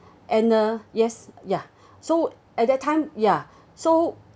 and uh yes ya so at that time ya so